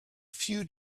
few